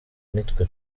nitwe